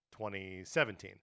2017